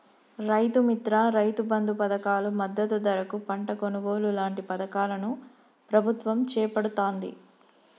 రైతు మిత్ర, రైతు బంధు పధకాలు, మద్దతు ధరకు పంట కొనుగోలు లాంటి పధకాలను ప్రభుత్వం చేపడుతాంది